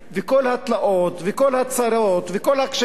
וכל התלאות וכל הצרות וכל הקשיים,